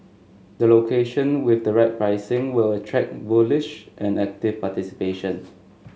the location with the right pricing will attract bullish and active participation